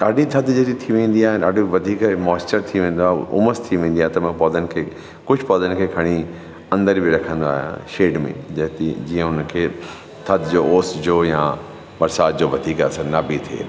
ॾाढी थधि जॾहिं थी वेंदी आहे न ॾाढो वधीक मोइस्चर थी वेंदो आहे उमसु थी वेंदी आहे त मां पौधनि खे कुझु पौधनि खे खणी अंदरि बि रखंदो आहियां शेड में जती जीअं उनखे थधि जो ओस जो या बरसाति जो वधीक असर न बि थिए